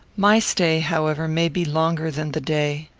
my stay, however, may be longer than the day.